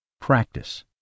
Practice